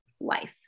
life